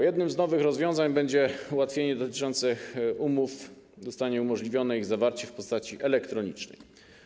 Jednym z nowych rozwiązań będzie ułatwienie dotyczące umów - zostanie umożliwione ich zawarcie w postaci elektronicznej.